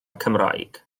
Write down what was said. cymraeg